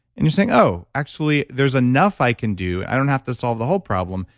and you're saying, oh, actually, there's enough i can do. i don't have to solve the whole problem,